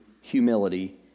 humility